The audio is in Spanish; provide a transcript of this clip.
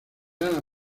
ala